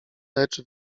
lecz